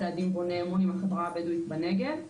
צעדים בוני אמון עם החברה הבדואית בנגב.